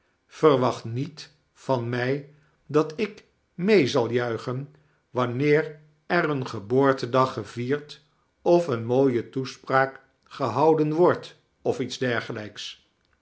verwacht niet van mij dat ik mee zal juicihen wanneer er een geboortedag gevierd of eene mooie toespraak gehouden wordt of iets dergelijks